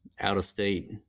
out-of-state